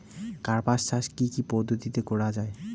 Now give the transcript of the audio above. কার্পাস চাষ কী কী পদ্ধতিতে করা য়ায়?